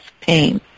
pain